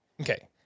Okay